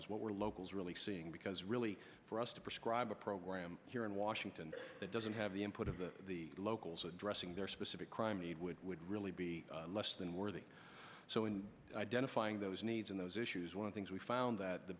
causes what were locals really seeing because really for us to prescribe a program here in washington that doesn't have the input of the locals addressing their specific crime need would would really be less than worthy so in identifying those needs in those issues one things we found that the